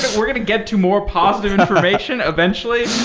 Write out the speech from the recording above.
we're going to get to more positive information eventually.